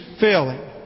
failing